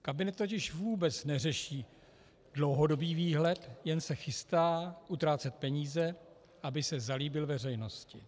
Kabinet totiž vůbec neřeší dlouhodobý výhled, jen se chystá utrácet peníze, aby se zalíbil veřejnosti.